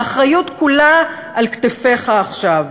האחריות כולה על כתפיך עכשיו.